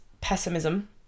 pessimism